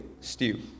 stew